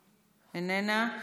איננה.